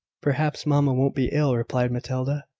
perhaps mamma won't be ill, replied matilda.